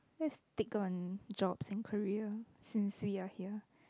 that's stick on job and career since we are here